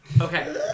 Okay